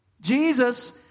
Jesus